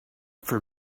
for